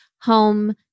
home